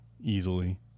easily